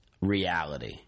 reality